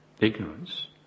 ignorance